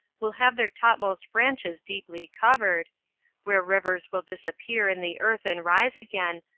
will have their topmost branches deeply covered where rivers will disappear in the earth and rise again,